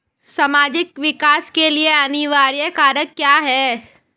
सामाजिक विकास के लिए अनिवार्य कारक क्या है?